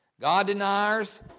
God-deniers